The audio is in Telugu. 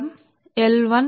కావున ఇది